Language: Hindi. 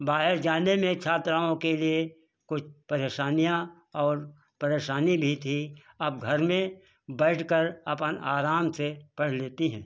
बाहर जाने में छात्राओं के लिए कुछ परेशानियाँ और परेशानी भी थी अब घर में बैठकर अपन आराम से पढ़ लेती हैं